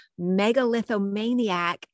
megalithomaniac